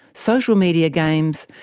social media games,